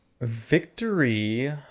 victory